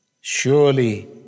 surely